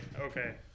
Okay